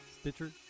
Stitcher